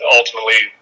ultimately